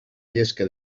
llesca